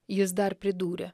jis dar pridūrė